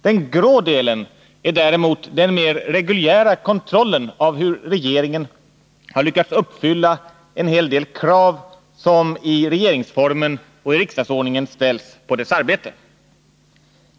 Den grå delen är däremot den mer reguljära kontrollen av hur regeringen har lyckats uppfylla en hel del krav som i regeringsformen och riksdagsordningen ställs på dess arbete.